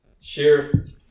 Sheriff